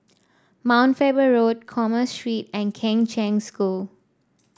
Mount Faber Road Commerce Street and Kheng Cheng School